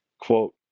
quote